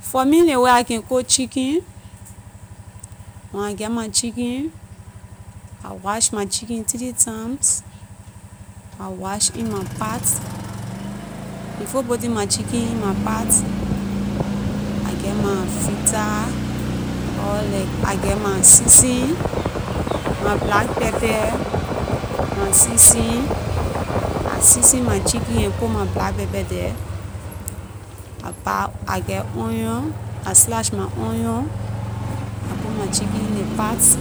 For me ley way I can cook chicken when I get my chicken I wash my chicken three times I wash in my pot before putting my chicken in my pot I get my vita or like I get my season my black pepper my season I season my chicken and put my black pepper the I buy I get onion I slice my onion I put my chicken in ley pot